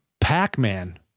Pac-Man